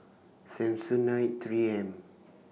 Samsonite three M